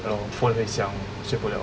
ya lor phone 在响睡不了